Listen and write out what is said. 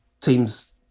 teams